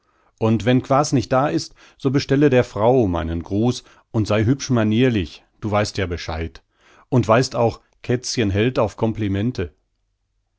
und wenn quaas nicht da ist so bestelle der frau meinen gruß und sei hübsch manierlich du weißt ja bescheid und weißt auch kätzchen hält auf komplimente